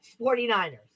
49ers